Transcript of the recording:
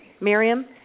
Miriam